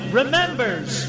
remembers